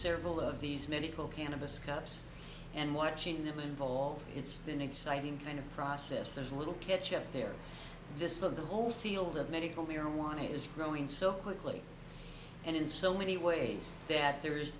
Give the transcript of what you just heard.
several of these medical cannabis cups and watching them involved it's been exciting kind of process there's a little catch up there this of the whole field of medical marijuana is growing so quickly and in so many ways that there is